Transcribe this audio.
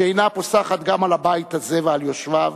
שאינה פוסחת גם על הבית הזה ועל יושביו,